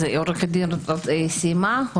עורכת הדין סיימה?